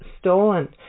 stolen